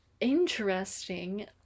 interesting